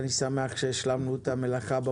אני שמח שהשלמנו את המלאכה.